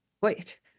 wait